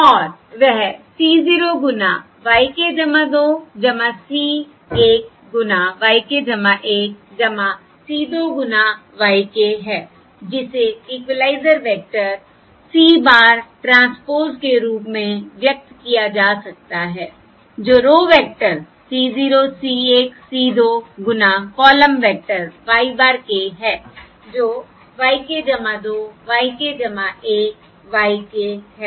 और वह C 0 गुना yk 2 C 1 गुना yk 1 C 2 गुना yk है जिसे equaliser vector C bar transpose के रूप में व्यक्त किया जा सकता है जो row vector C 0 C 1 C 2 गुना column vector y bar k है जो yk 2 yk 1 y k है